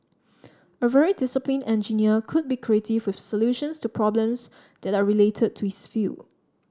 a very discipline engineer could be creative with solutions to problems that are related to his field